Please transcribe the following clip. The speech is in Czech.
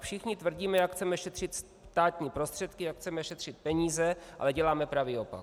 Všichni tvrdíme, jak chceme šetřit státní prostředky, jak chceme šetřit peníze, ale děláme pravý opak.